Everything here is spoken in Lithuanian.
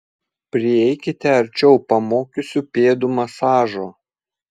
prieikite arčiau pamokysiu pėdų masažo